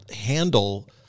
handle